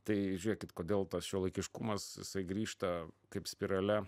tai žiūrėkit kodėl tas šiuolaikiškumas jisai grįžta kaip spirale